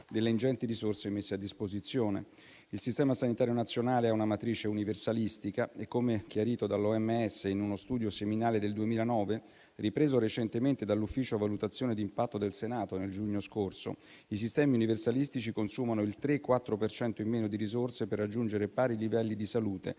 delle ingenti risorse messe a disposizione. Il sistema sanitario nazionale ha una matrice universalistica e, come chiarito dall'OMS in uno studio del 2009, ripreso recentemente dall'ufficio valutazione di impatto del Senato nel giugno scorso, i sistemi universalistici consumano il 3-4 per cento in meno di risorse per raggiungere pari livelli di salute.